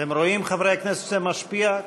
אתם רואים, חברי הכנסת, שזה משפיע?